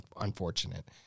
unfortunate